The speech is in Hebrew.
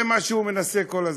זה מה שהוא מנסה כל הזמן.